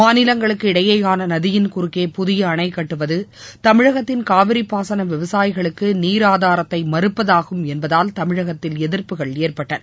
மாநிலங்களுக்கு இடையேயான நதியின் குறுக்கே புதிய அணை கட்டுவது தமிழகத்தின் காவிரி பாசன விவசாயிகளுக்கு நீர் ஆதாரத்தை மறுப்பதாகும் என்பதால் தமிழகத்தில் எதிர்ப்புகள் ஏற்பட்டன